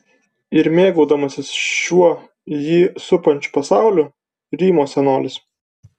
ir mėgaudamasis šiuo jį supančiu pasauliu rymo senolis